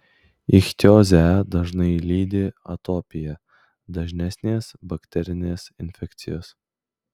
ichtiozę dažnai lydi atopija dažnesnės bakterinės infekcijos